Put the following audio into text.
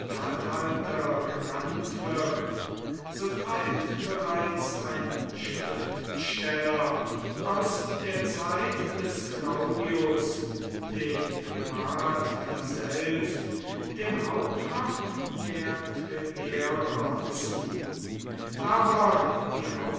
statthalter genannt wird so teilt bereits ein schriftsteller aus der zeit des claudius den primat daselbst dem hauptort der treverer zu aber die